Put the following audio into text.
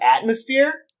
atmosphere